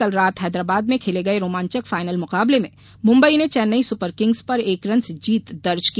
कल रात हैदराबाद में खेले गए रोमांचक फाइनल मुकाबले में मुम्बई ने चेन्नेई सुपर किंग्स पर एक रन से जीत दर्ज की